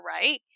right